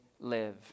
Live